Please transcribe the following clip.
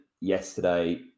yesterday